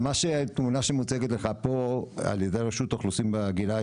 התמונה שמוצגת לך פה על ידי רשות האוכלוסין וההגירה,